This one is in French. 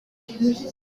pet